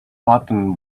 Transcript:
button